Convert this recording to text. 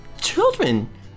Children